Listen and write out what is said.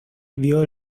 vio